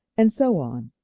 and so on.